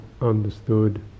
understood